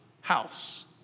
house